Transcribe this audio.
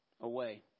away